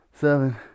seven